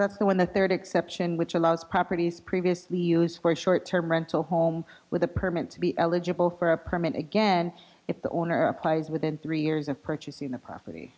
that's when the third exception which allows properties previously used for a short term rental home with a permit to be eligible for a permit again if the owner applies within three years of purchasing the property